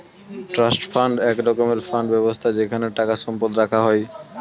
trust fund এক রকমের fund ব্যবস্থা যেখানে টাকা সম্পদ রাখা হয়